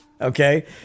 Okay